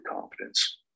confidence